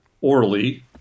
orally